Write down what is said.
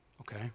Okay